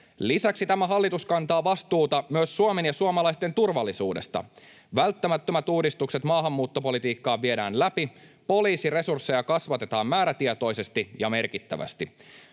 Lisäksi tämä hallitus kantaa vastuuta myös Suomen ja suomalaisten turvallisuudesta. Välttämättömät uudistukset maahanmuuttopolitiikkaan viedään läpi, poliisin resursseja kasvatetaan määrätietoisesti ja merkittävästi.